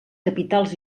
capitals